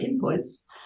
inputs